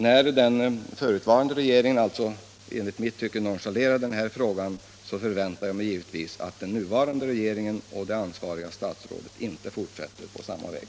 När den förutvarande regeringen i mitt tycke nonchalerade den här frågan, så förväntar jag mig givetvis att den nuvarande regeringen och det ansvariga statsrådet inte fortsätter på samma väg.